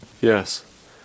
Yes